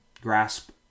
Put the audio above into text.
grasp